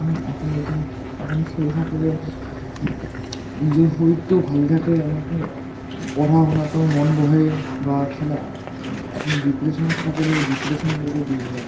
আপুনি যে তেওঁ আপুনি খেলি থাকিলে নিজৰ শৰীৰতো ভালে থাকে এনেকে পঢ়া শুনাটো মন বহে বা খেলা আপুনি ডিপ্ৰেশ্যনত থাকিলে সেই ডিপ্ৰেশ্যনবোৰো দূৰ হয়